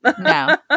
No